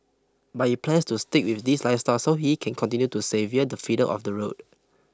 but he plans to stick with this lifestyle so he can continue to savour the freedom of the road